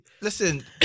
Listen